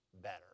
better